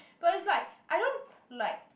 but it's like I don't like